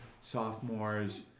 sophomores